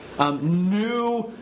New